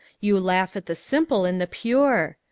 you laugh at the simple and the pure.